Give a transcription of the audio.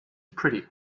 pretty